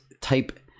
type